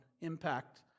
impact